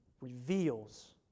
reveals